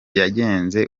yagenze